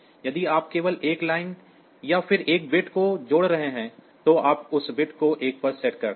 यदि आप केवल एक लाइन या फिर एक बिट को जोड़ रहे हैं तो आप उस बिट को 1 पर सेट करते हैं